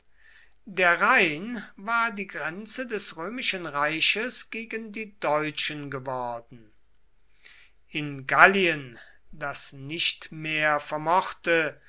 der rhein war die grenze des römischen reiches gegen die deutschen geworden in gallien das nicht mehr vermochte